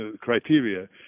criteria